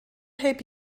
heb